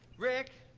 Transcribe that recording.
rick,